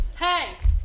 Hey